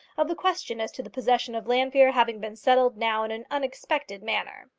of the question as to the possession of llanfeare having been settled now in an unexpected manner.